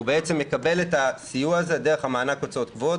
הוא יקבל את הסיוע הזה דרך מענק הוצאות קבועות,